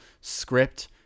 script